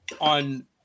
on